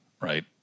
right